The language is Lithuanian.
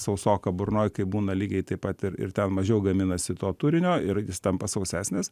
sausoka burnoj kaip būna lygiai taip pat ir ir ten mažiau gaminasi to turinio ir jis tampa sausesnis